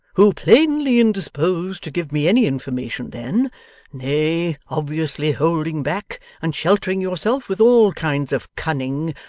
who, plainly indisposed to give me any information then nay, obviously holding back, and sheltering yourself with all kinds of cunning,